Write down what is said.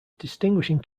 distinguishing